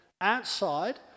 Outside